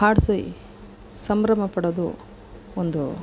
ಹಾಡಿಸಿ ಸಂಭ್ರಮ ಪಡೋದು ಒಂದು